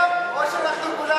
או שאנחנו כולם,